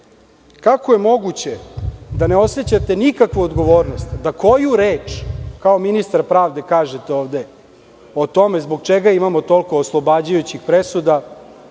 Kako je moguće da ne osećate nikakvu odgovornost da koju reč kao ministar pravde kažete ovde o tome zbog čega imamo toliko oslobađajućih presuda?